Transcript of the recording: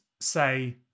say